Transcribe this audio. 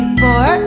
four